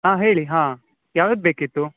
ಹಾಂ ಹೇಳಿ ಹಾಂ ಯಾವ್ಯಾವ್ದು ಬೇಕಿತ್ತು